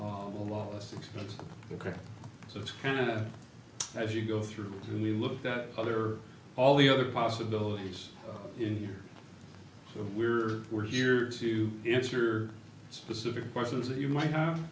be a lot less expensive ok so it can as you go through and we looked at other all the other possibilities in here so we're we're here to answer specific questions that you might have